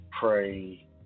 pray